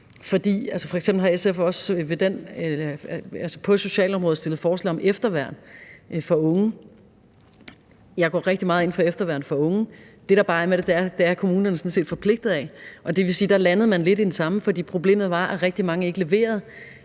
og SF har også på socialområdet stillet forslag om efterværn for unge. Jeg går rigtig meget ind for efterværn for unge, men det, der bare er med det, er, at kommunerne sådan set er forpligtet af det, og det vil sige, at der landede man lidt i det samme, for problemet var, at rigtig mange ikke leverede